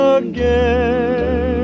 again